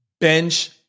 Bench